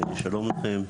שלום לכם.